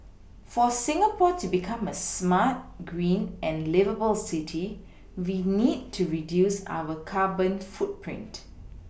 for Singapore to become a smart green and liveable city we need to reduce our carbon footprint